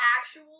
actual